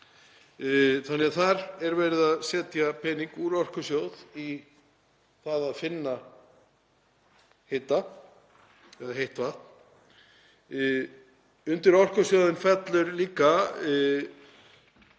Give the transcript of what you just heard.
Það er því verið að setja pening úr Orkusjóði í það að finna heitt vatn. Undir Orkusjóðinn fellur líka